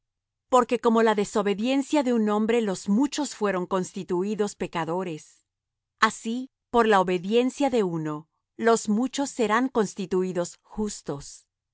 porque como por la desobediencia de un hombre los muchos fueron constituídos pecadores así por la obediencia de uno los muchos serán constituídos justos